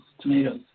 tomatoes